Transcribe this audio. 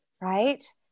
Right